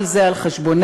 כל זה על חשבוננו.